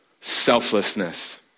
Selflessness